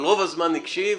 אבל רוב הזמן הקשיב,